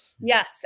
Yes